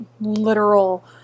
literal